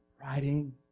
Writing